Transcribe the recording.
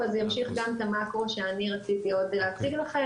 הוא ימשיך גם את המקרו שאני רציתי עוד להציג לכם